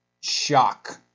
shock